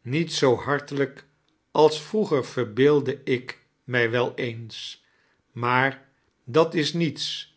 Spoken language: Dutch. niet boo hanrtelijk ate vroeger varbeeldde ik mij wel eens maar dat is niets